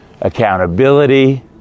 accountability